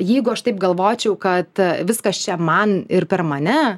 jeigu aš taip galvočiau kad viskas čia man ir per mane